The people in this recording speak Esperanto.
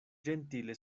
ĝentile